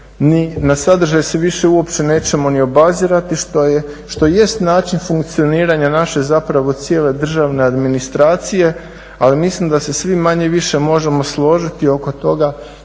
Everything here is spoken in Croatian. na sadržaj se više nećemo uopće ni obazirati, što jest način funkcioniranja naše zapravo cijele državne administracije, ali mislim da se svi manje-više možemo složiti oko toga